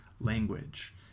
language